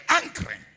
angry